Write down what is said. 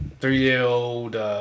three-year-old